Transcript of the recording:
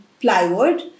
plywood